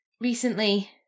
recently